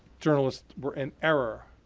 journalists were in error.